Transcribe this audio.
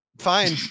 fine